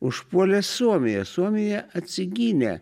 užpuolė suomiją suomija atsigynė